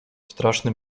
strasznym